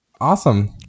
awesome